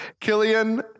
Killian